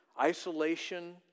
isolation